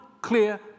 clear